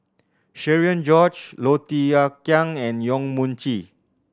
Cherian George Low Thia Khiang and Yong Mun Chee